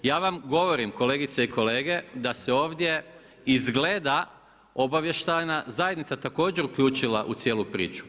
Ja vam govorim kolegice i kolege da se ovdje izgleda obavještajna zajednica također uključila u cijelu priču.